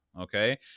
Okay